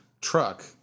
truck